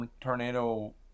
tornado